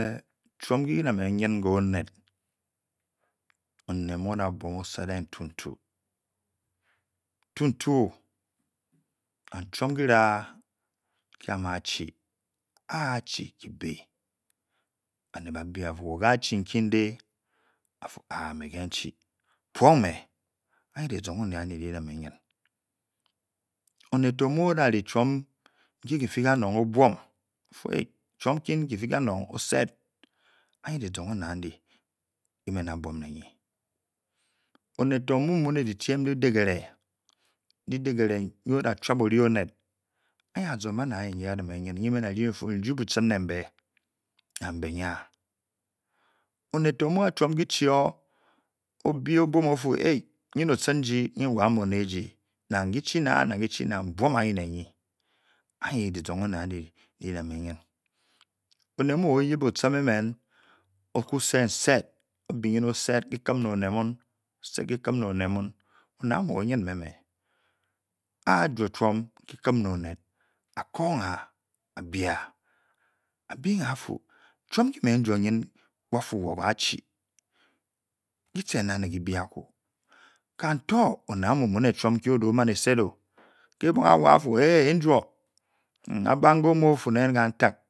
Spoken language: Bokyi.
Uiwob nki-ki da uhé uyu ke oned. oned múiaida muom'o-sedeng wtula-tuk. ntuk-truu-o nang chuop wira wei ama'a-chii. ka-a chii kibe baned bá-bé-o bafu wa'achii nkim de. afu a'a me-we-wchii. puong me'auyii dy-chong oned ke'dii da'ne vnyla oned tó mu-o-da r chuom nki-ki fi ka-nong otchet ofu chuom ukm-kifu kanong anyi di-zong oned amu di-da me nyn. oned to mu. wuné ori-caned. anyi-diʒong oned wdi-da nya. ndi-da ujii buchiri ne nyi. nawg bé nga oned mu g'chuom ki-vkii-o o' bii-o ovoum ofu. nyn o-tchingi wei wan-bonegi nang kii chii na nbuoug ne-nyii. anyi oned mu´oda me nyn anyii di-zong udi-da wue nyn. onod mu o-oyen o-chure emen oha. sed nsed o-na uny o-nym me me a fuo joloun kiwe we oned ne-oned. a ka-g b'a afu choum nki-me-jou'nyn bafu woachii ki-chim na-ne-ki-be aku kan-to-aneamu mune chou uki o di-o-ched-o. a'wa'fu ee-ujong abang ke owu-ofu. nen leanfang.